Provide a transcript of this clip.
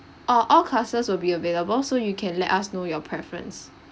uh all classes will be available so you can let us know your preference